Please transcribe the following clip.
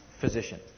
physician